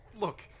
look